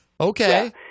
Okay